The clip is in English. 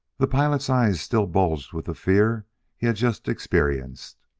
the pilot's eyes still bulged with the fear he had just experienced.